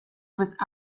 with